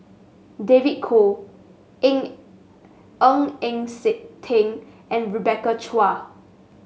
David Kwo Eng Ng Eng Teng and Rebecca Chua